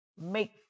make